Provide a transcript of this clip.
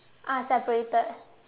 ah separated